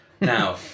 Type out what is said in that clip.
Now